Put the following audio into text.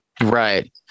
right